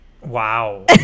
Wow